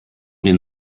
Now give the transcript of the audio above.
den